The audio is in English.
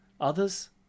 Others